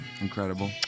incredible